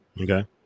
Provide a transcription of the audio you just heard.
Okay